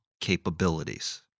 capabilities